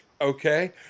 okay